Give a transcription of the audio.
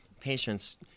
patients